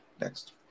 Next